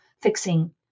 fixing